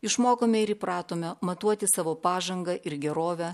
išmokome ir įpratome matuoti savo pažangą ir gerovę